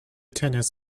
tennis